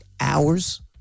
hours